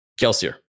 Kelsier